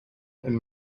and